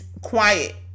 quiet